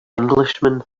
englishman